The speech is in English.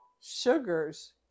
sugars